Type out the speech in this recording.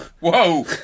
whoa